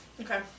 Okay